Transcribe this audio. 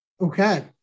Okay